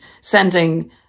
sending